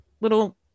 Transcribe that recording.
little